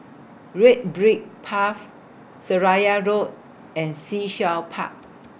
Red Brick Path Seraya Road and Sea Shell Park